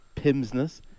pimsness